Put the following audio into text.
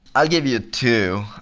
i'll give you two,